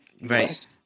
Right